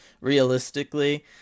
realistically